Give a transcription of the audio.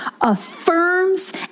affirms